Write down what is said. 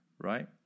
Right